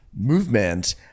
movement